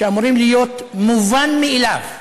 שאמורים להיות המובן מאליו,